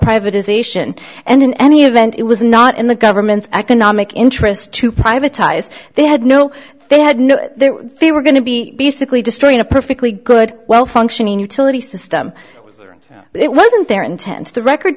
privatisation and in any event it was not in the government's economic interest to privatized they had no they had no they were going to be basically destroying a perfectly good well functioning utility system but it wasn't their intent the record